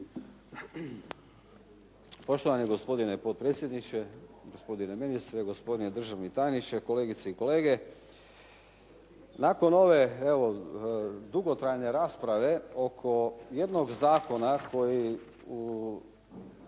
Poštovani gospodine potpredsjedniče, gospodine ministre, gospodine državni tajniče, kolegice i kolege. Nakon ove evo dugotrajne rasprave oko jednog zakona koji u